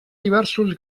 diversos